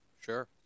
sure